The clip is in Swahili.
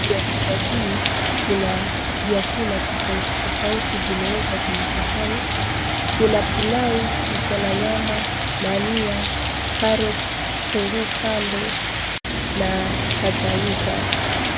Juu ya meza hii, kuna vyakula tofauti tofauti vimeekwa kwenye sahani. Kuna pilau ikona nyama, dania, carrots , kitunguu kando na kadhalika.